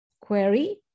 query